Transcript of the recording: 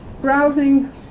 browsing